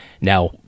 now